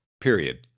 period